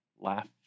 laugh